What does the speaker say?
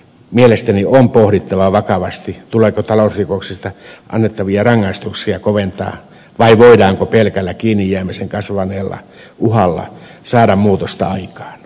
mielestäni on pohdittava vakavasti tuleeko talousrikoksista annettavia rangaistuksia koventaa vai voidaanko pelkällä kiinnijäämisen kasvaneella uhalla saada muutosta aikaan